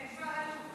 הם כבר עלו.